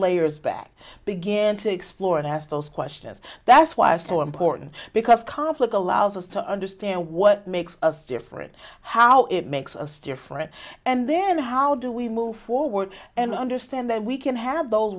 layers back began to explore and ask those questions that's why it's so important because catholic allows us to understand what makes us different how it makes us different and then how do we move forward and understand that we can have